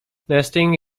nesting